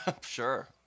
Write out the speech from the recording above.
Sure